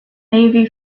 navy